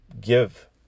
give